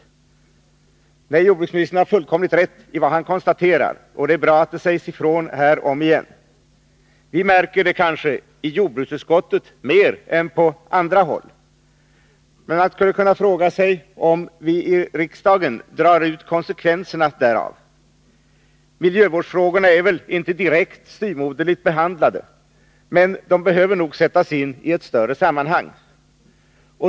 Nej, jordbruksministern har fullkomligt rätt. Det är bra att det sägs ifrån återigen. Vi i jordbruksutskottet lägger kanske märke till det här mer än man gör på andra håll. Men man skulle kunna fråga sig om vi i riksdagen tar konsekvenserna därav. Miljövårdsfrågorna är väl inte direkt styvmoderligt behandlade, men de behöver nog sättas in i ett större sammanhang.